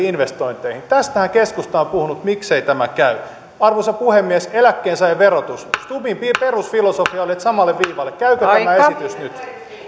investointeihin tästähän keskusta on puhunut miksei tämä käy arvoisa puhemies eläkkeensaajien verotus stubbin perusfilosofia oli samalle viivalle käykö tämä esitys nyt